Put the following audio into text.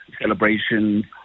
celebration